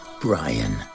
Brian